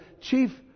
chief